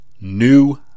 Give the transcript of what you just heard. new